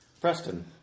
Preston